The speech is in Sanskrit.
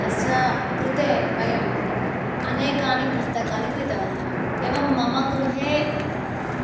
तस्य कृते वयं अनेकानि पुस्तकानि क्रीतवन्तः एवं मम गृहे